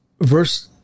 verse